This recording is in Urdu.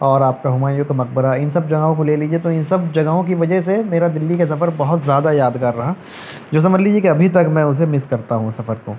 اور آپ کا ہمایوں کا مقبرہ ان سب جگہوں کو لے لیجیے تو ان سب جگہوں کی وجہ سے میرا دہلی کا سفر بہت زیادہ یادگار رہا یہ سمجھ لیجیے کہ ابھی تک میں اسے مس کرتا ہوں اس سفر کو